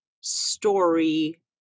story